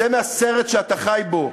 צא מהסרט שאתה חי בו.